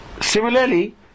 Similarly